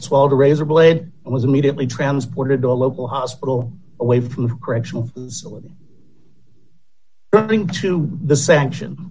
as well the razor blade was immediately transported to a local hospital away from the correctional facility going to the sanction